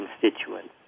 constituents